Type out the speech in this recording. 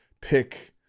pick